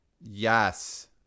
Yes